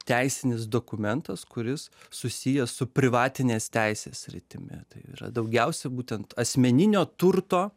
teisinis dokumentas kuris susijęs su privatinės teisės sritimi tai yra daugiausia būtent asmeninio turto